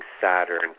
Saturn